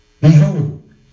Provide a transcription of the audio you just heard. Behold